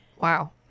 Wow